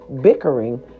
bickering